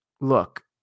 Look